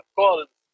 calls